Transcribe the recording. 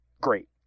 great